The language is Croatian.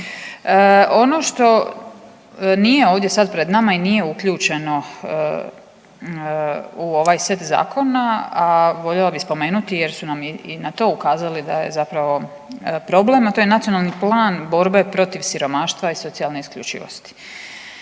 Ono što nije ovdje sad pred nama i nije uključeno u ovaj set zakona, a voljela bih spomenuti jer su nam i na to ukazali da je zapravo problem, a to je Nacionalni plan borbe protiv siromaštva i socijalne isključivosti.